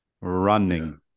Running